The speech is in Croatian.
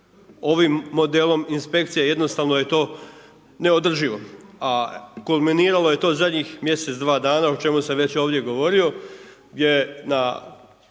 ovim modelom inspekcija, jednostavno je to neodrživo. A kulminiralo je to zadnjih mjesec, dva dana, o čemu sam već ovdje govorio, gdje na